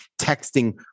texting